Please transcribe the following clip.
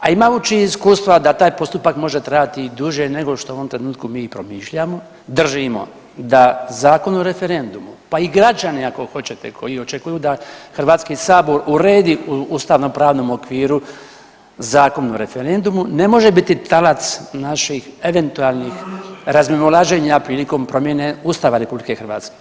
a imajući iskustva da taj postupak može trajati i duže nego što u ovom trenutku mi i promišljamo držimo da Zakon o referendumu pa i građani ako hoćete koji očekuju da HS uredi u ustavnopravnom okviru Zakon o referendumu ne može biti talac naših eventualnih razmimoilaženja prilikom promjene Ustava RH.